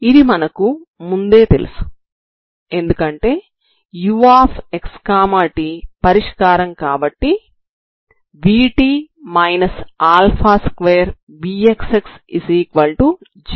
ఇది మనకు ముందే తెలుసు ఎందుకంటే uxt పరిష్కారం కాబట్టి vt 2vxx0 అవుతుంది